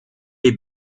les